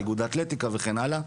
איגוד האתלטיקה וכן הלאה.